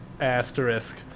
asterisk